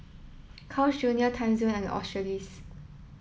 Carl's Junior Timezone and Australis